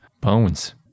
bones